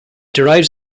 derives